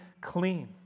clean